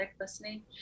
listening